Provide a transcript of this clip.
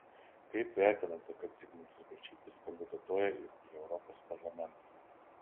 kaip vertinate kad zigmantas balčytis kandidatuoja ir į europos parlamentą